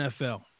NFL